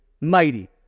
mighty